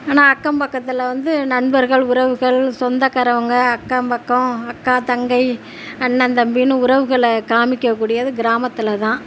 ஆனா அக்கம் பக்கத்தில் வந்து நண்பர்கள் உறவுகள் சொந்தக்காரவங்க அக்கம் பக்கம் அக்கா தங்கை அண்ணன் தம்பின்னு உறவுகளை காமிக்ககூடிய கிராமத்தில் தான்